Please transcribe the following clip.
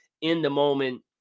in-the-moment